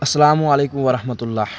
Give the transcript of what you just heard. اسلام علیکم ورحمتُہ اللہ